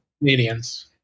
Canadians